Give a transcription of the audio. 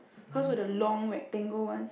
her's were the long rectangle ones